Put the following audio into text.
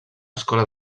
escola